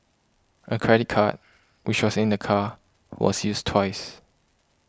a credit card which was in the car was used twice